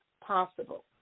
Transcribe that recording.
possible